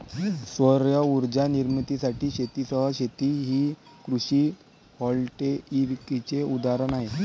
सौर उर्जा निर्मितीसाठी शेतीसह शेती हे कृषी व्होल्टेईकचे उदाहरण आहे